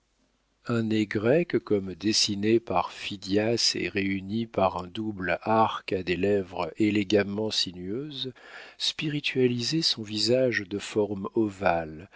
un nez grec comme dessiné par phidias et réuni par un double arc à des lèvres élégamment sinueuses spiritualisait son visage de forme ovale